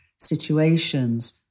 situations